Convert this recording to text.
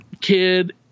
kid